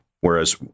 Whereas